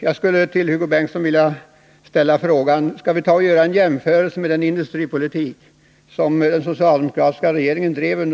Jag skulle till Hugo Bengtsson vilja ställa frågan: Skall vi göra en jämförelse med den industripolitik som den socialdemokratiska regeringen drev?